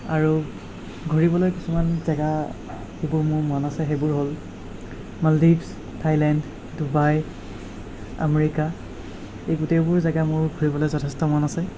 আৰু ঘূৰিবলৈ কিছুমান জেগা সেইবোৰ মোৰ মন আছে সেইবোৰ হ'ল মালদ্বীপচ থাইলেণ্ড ডুবাই আমেৰিকা এই গোটেইবোৰ জেগা মোৰ ফুৰিবলৈ যথেষ্ট মন আছে